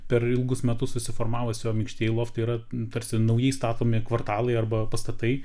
per ilgus metus susiformavusi o minkštieji loftai yra tarsi naujai statomi kvartalai arba pastatai